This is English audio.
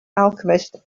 alchemist